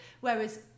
Whereas